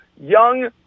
young